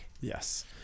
yes